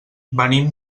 venim